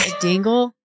dingle